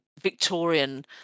Victorian